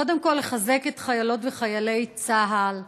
קודם כול, לחזק את חיילות וחיילי צה"ל בסדיר,